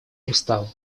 уставу